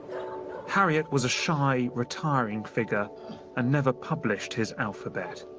harriot was a shy, retiring figure and never published his alphabet.